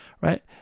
Right